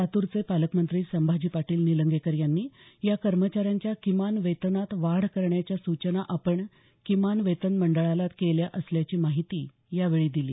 लातूरचे पालकमंत्री संभाजी पाटील निलंगेकर यांनी या कर्मचाऱ्यांच्या किमान वेतनात वाढ करण्याच्या सूचना आपण किमान वेतन मंडळाला केल्या असल्याची माहिती यावेळी दिली